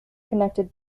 connected